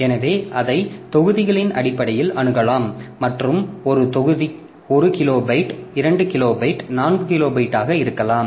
எனவே அதை தொகுதிகளின் அடிப்படையில் அணுகலாம் மற்றும் ஒரு தொகுதி 1 கிலோபைட் 2 கிலோபைட் 4 கிலோபைட்டாக இருக்கலாம்